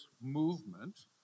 movement